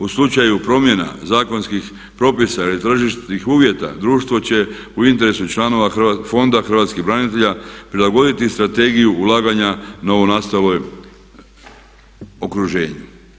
U slučaju promjena zakonskih propisa ili tržišnih uvjeta društvo će u interesu Fonda hrvatskih branitelja prilagoditi Strategiju ulaganja novonastale okruženju.